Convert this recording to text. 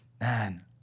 man